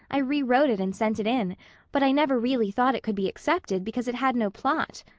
i re-wrote it and sent it in but i never really thought it could be accepted because it had no plot,